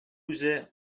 үзе